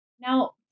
Now